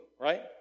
right